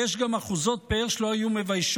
ויש גם אחוזות פאר שלא היו מביישות